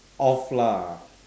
off lah